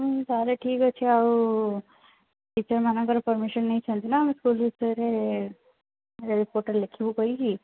ହଉ ତାହେଲେ ଠିକ୍ ଅଛି ଆଉ ଟିଚର୍ମାନଙ୍କର ପରମିସନ୍ ନେଇଛନ୍ତି ନା ଆମ ସ୍କୁଲ୍ ବିଷୟରେ ରିପୋର୍ଟ୍ରେ ଲେଖିବୁ କହିକି